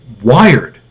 wired